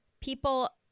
people